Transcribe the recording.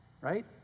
Right